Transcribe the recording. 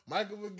Michael